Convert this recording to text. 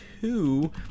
two